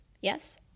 Yes